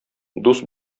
дус